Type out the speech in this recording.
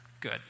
Good